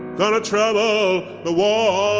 gonna trouble the water